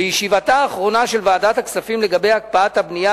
בישיבתה האחרונה של ועדת הכספים לגבי הקפאת הבנייה,